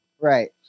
Right